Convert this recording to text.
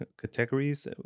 categories